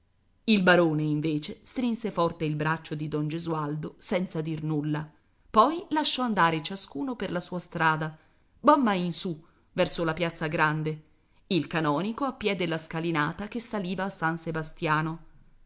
il barone invece strinse forte il braccio di don gesualdo senza dir nulla poi lasciò andare ciascuno per la sua strada bomma in su verso la piazza grande il canonico a piè della scalinata che saliva a san sebastiano